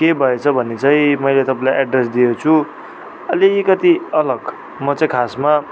के भएछ भने चाहिँ मैले तपाईँलाई एड्रेस दिएछु अलिकति अलग म चाहिँ खासमा